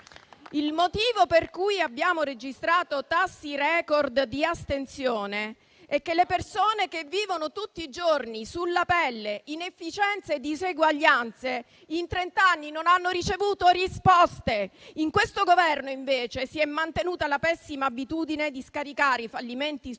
Il motivo per cui abbiamo registrato tassi *record* di astensione è che le persone che vivono tutti i giorni sulla pelle inefficienze e diseguaglianze, in trent'anni non hanno ricevuto risposte. In questo Governo, invece, si è mantenuta la pessima abitudine di scaricare i fallimenti della